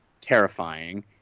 terrifying